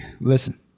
Listen